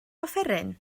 offeryn